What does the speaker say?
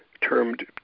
termed